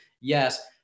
Yes